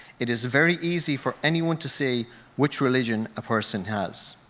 it is very easy for anyone to see which religion a person has.